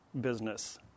business